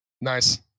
Nice